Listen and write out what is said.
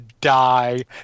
die